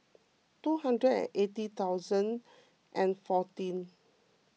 two hundred and eighty thousand fourteen